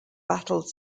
battled